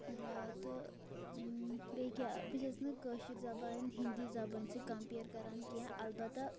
تہٕ بیٚیہِ کیٛاہ بہٕ چھَس نہٕ کٲشِر زبان ہِندی زَبٲنۍ سۭتۍ کَمپِیر کَران کینٛہہ البتہ